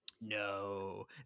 No